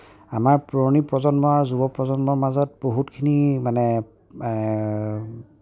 আমাৰ পুৰণি প্ৰজন্মৰ আৰু নতুন প্ৰজন্মৰ মাজত বহুতখিনি মানে